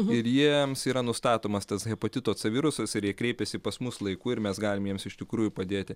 ir jiems yra nustatomas tas hepatito c virusas ir jie kreipiasi pas mus laiku ir mes galim jiems iš tikrųjų padėti